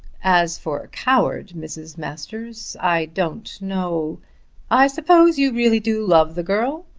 as for coward, mrs. masters, i don't know i suppose you really do love the girl.